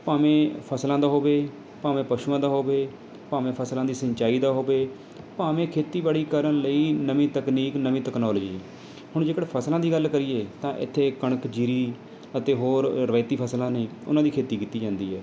ਭਾਵੇਂ ਫ਼ਸਲਾਂ ਦਾ ਹੋਵੇ ਭਾਵੇਂ ਪਸ਼ੂਆਂ ਦਾ ਹੋਵੇ ਭਾਵੇਂ ਫ਼ਸਲਾਂ ਦੀ ਸਿੰਚਾਈ ਦਾ ਹੋਵੇ ਭਾਵੇਂ ਖੇਤੀਬਾੜੀ ਕਰਨ ਲਈ ਨਵੀਂ ਤਕਨੀਕ ਨਵੀਂ ਤਕਨੋਲਜੀ ਹੁਣ ਜੇਕਰ ਫ਼ਸਲਾਂ ਦੀ ਗੱਲ ਕਰੀਏ ਤਾਂ ਇੱਥੇ ਕਣਕ ਜ਼ੀਰੀ ਅਤੇ ਹੋਰ ਰਵਾਇਤੀ ਫ਼ਸਲਾਂ ਨੇ ਉਹਨਾਂ ਦੀ ਖੇਤੀ ਕੀਤੀ ਜਾਂਦੀ ਹੈ